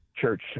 church